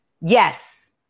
Yes